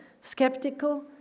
skeptical